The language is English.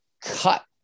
cut